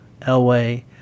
Elway